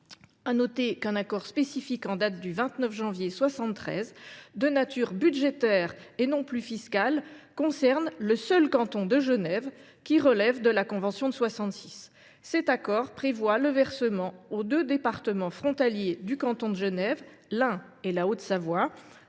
et Jura. Un accord spécifique en date du 29 janvier 1973, de nature budgétaire et non plus fiscale, concerne le seul canton de Genève, qui relève de la convention de 1966, et prévoit le versement aux deux départements frontaliers de ce canton, l’Ain et la Haute Savoie,